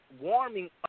warming